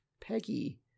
Peggy